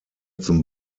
zum